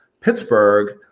Pittsburgh